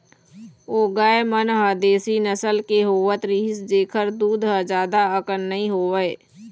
ओ गाय मन ह देसी नसल के होवत रिहिस जेखर दूद ह जादा अकन नइ होवय